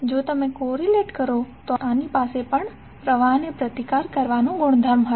જો તમે correlate કરો તો આની પાસે પ્રવાહને પ્રતિકાર કરવાનો ગુણધર્મ પણ હશે